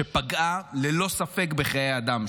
שפגעה ללא ספק בחיי אדם.